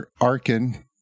Arkin